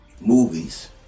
movies